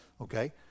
Okay